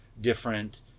different